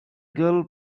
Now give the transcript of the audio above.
girl